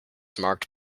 marked